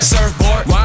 Surfboard